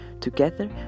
Together